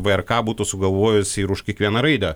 vrk būtų sugalvojusi ir už kiekvieną raidę